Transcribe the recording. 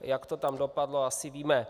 Jak to tam dopadlo, asi víme.